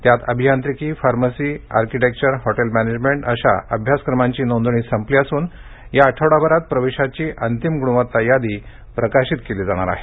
त्यात अभियांत्रिकी pharmacy architecture hotel management अशा अभ्यासक्रमांची नोंदणी संपली असून या आठवड्याभरात प्रवेशाची अंतिम गुणवत्ता यादी प्रसिध्द केली जाणार आहे